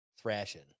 Thrashing